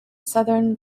southern